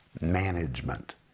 management